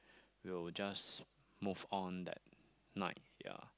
will just moved on that night ya